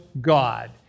God